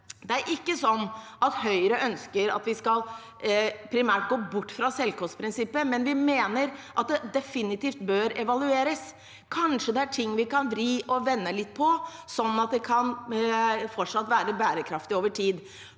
Det er ikke sånn at Høyre ønsker at vi primært skal gå bort fra selvkostprinsippet, men vi mener at det definitivt bør evalueres. Kanskje det er ting vi kan vri og vende litt på sånn at det fortsatt kan være bærekraftig over tid.